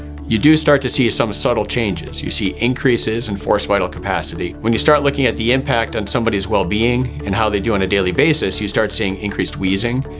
you do start to see some subtle changes. you see increases in forced vital capacity. when you start looking at the impact on somebody's well-being and how they do on a daily basis, you start seeing increased wheezing.